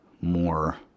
More